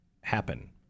happen